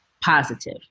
positive